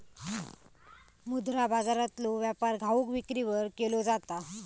मुद्रा बाजारातलो व्यापार घाऊक विक्रीवर केलो जाता